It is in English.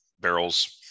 barrels